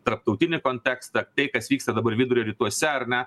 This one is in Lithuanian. tarptautinį kontekstą tai kas vyksta dabar vidurio rytuose ar ne